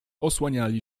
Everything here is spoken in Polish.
osłaniali